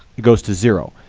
it goes to zero.